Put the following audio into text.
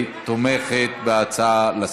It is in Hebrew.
אני תומכת בזה שזה יעבור כהצעה לסדר-היום.